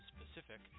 specific